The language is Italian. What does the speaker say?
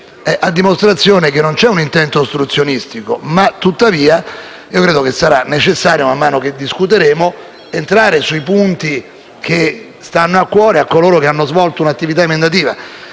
a dimostrazione che non c'è un intento ostruzionistico. Tuttavia, credo che sarà necessario, man mano che discuteremo, entrare sui punti che stanno a cuore a coloro che hanno svolto un'attività emendativa.